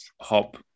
hop